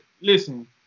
listen